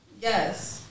Yes